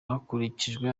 hakurikijwe